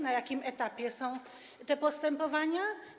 Na jakim etapie są te postępowania?